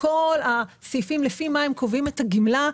כל הסעיפים לפי מה הם קובעים את הגמלה.